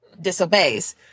disobeys